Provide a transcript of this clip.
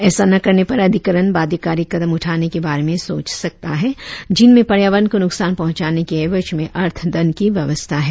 ऐसा न करने पर अधिकरण बाध्यकारी कदम उठाने के बारे में सोच सकता हैं जिनमें पर्यावरण को नुकसान पहुंचाने के एवज में अर्थदंड की व्यवस्था है